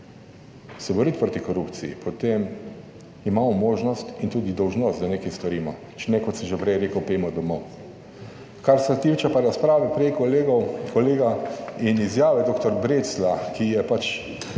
se boriti proti korupciji, potem imamo možnost in tudi dolžnost, da nekaj storimo, če ne, kot sem že prej rekel, pojdimo domov. Kar se tiče pa razprave prej kolegov, kolega in izjave dr. Breclja, ki je pač